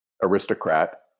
aristocrat